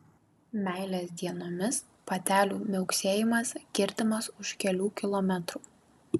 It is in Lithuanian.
meilės dienomis patelių miauksėjimas girdimas už kelių kilometrų